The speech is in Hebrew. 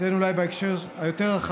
אני כן אגיד, בהקשר רחב